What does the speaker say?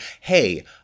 hey